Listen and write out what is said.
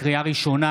לקריאה ראשונה,